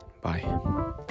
Bye